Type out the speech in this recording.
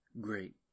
great